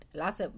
last